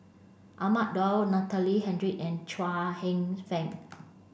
Ahmad Daud Natalie Hennedige and Chuang Hsueh Fang